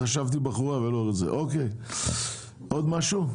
עוד משהו?